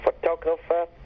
photographer